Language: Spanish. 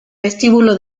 vestíbulo